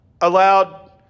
allowed